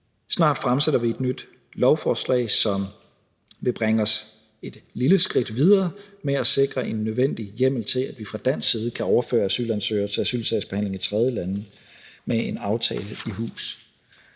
Snart fremsætter vi et nyt lovforslag, som vil bringe os et lille skridt videre med at sikre en nødvendig hjemmel til, at vi fra dansk side kan overføre asylansøgere til asylsagsbehandling i tredjelande med en aftale i hus.